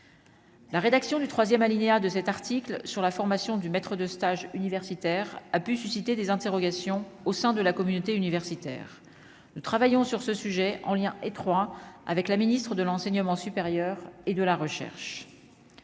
La rédaction du 3ème alinéa de cet article sur la formation du maître de stage universitaire a pu susciter des interrogations au sein de la communauté universitaire, nous travaillons sur ce sujet, en lien étroit avec la Ministre de l'enseignement supérieur et de la recherche